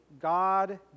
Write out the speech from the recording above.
god